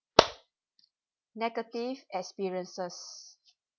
negative experiences